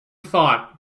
thought